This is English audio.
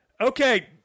okay